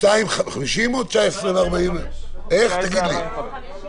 לכולם כואב, גם לך כואב.